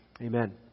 Amen